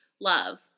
Love